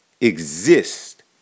exist